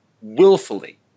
willfully